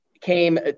came